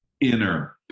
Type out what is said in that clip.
inner